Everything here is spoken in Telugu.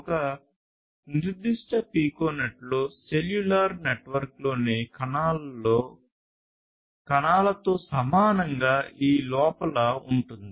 ఒక నిర్దిష్ట పికోనెట్లో సెల్యులార్ నెట్వర్క్లోని కణాలతో సమానంగా ఈ లోపల ఉంటుంది